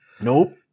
Nope